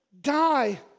die